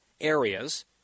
areas